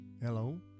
Hello